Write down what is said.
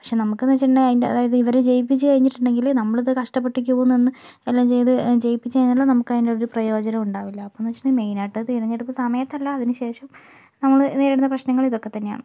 പക്ഷേ നമുക്കെന്താ വെച്ചിട്ടുണ്ടെങ്കിൽ അതിൻറെ അതായത് ഇവരെ ജയിപ്പിച്ചു കഴിഞ്ഞിട്ടുണ്ടങ്കിൽ നമ്മളത് കഷ്ടപ്പെട്ട് ക്യു നിന്ന് എല്ലാം ചെയ്ത് ജയിപ്പിച്ച കഴിഞ്ഞ നമുക്ക് അതിനുള്ള ഒരു പ്രയോജനം ഉണ്ടാവില്ല അപ്പോൾ എന്താ വെച്ചിട്ടുണ്ടങ്കില് മെയിൻ ആയിട്ട് തെരഞ്ഞെടുപ്പ് സമയത്തല്ല അതിനു ശേഷം നമ്മൾ നേരിടുന്ന പ്രശ്നങ്ങൾ ഇതൊക്കെ തന്നെയാണ്